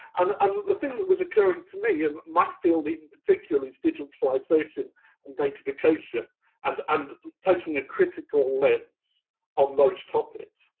and and the thing that was occurring to me and my field, even particularly digitalization and data, fication and and taking a critical lens on those topics.